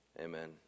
amen